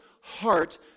heart